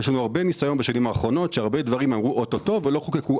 יש לנו הרבה ניסיון בשנים האחרונות מדברים שהבטיחו ובסוף לא חוקקו.